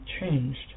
changed